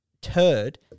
turd